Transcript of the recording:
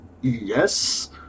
Yes